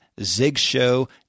zigshow